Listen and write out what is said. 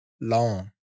long